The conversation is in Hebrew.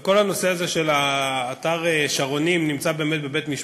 כל הנושא הזה של אתר "שרונים" נמצא בבית-המשפט,